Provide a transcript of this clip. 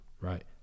right